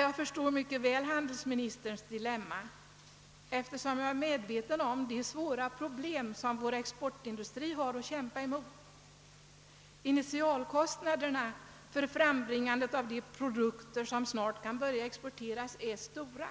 Jag förstår mycket väl handelsministerns dilemma, eftersom jag är medveten om de stora problem som vår exportindustri har att kämpa med. Initialkostnaderna för frambringande av de produkter som snart kan börja exporteras är stora,